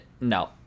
no